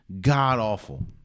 god-awful